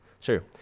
sure